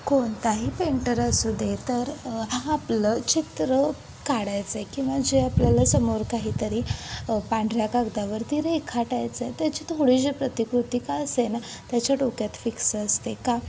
कोणताही पेंटर असू दे तर हा आपलं चित्र काढायचं आहे किंवा जे आपल्याला समोर काहीतरी पांढऱ्या कागदावरती रेखाटायचं आहे त्याची थोडीशी प्रतिकृती का असे ना त्याच्या डोक्यात फिक्स असते का